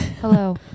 Hello